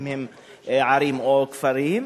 אם הם ערים או כפרים,